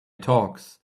talks